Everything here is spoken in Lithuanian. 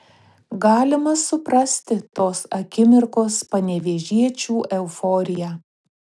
galima suprasti tos akimirkos panevėžiečių euforiją